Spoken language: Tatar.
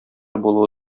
булуы